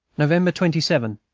november twenty seven,